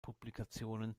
publikationen